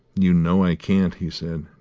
you know i can't, he said.